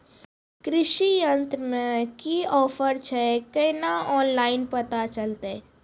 कृषि यंत्र मे की ऑफर छै केना ऑनलाइन पता चलतै?